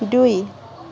দুই